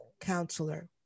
counselor